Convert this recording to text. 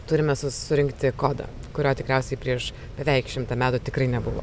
turime surinkti kodą kurio tikriausiai prieš beveik šimtą metų tikrai nebuvo